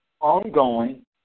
ongoing